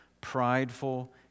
prideful